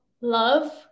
love